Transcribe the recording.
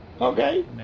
Okay